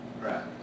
right